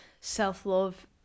self-love